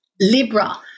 Libra